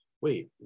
wait